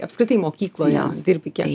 apskritai mokykloje dirbi kiek